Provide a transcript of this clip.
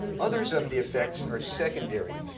others of the effects are secondary,